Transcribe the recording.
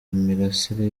imirasire